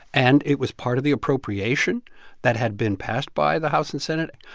and it was part of the appropriation that had been passed by the house and senate.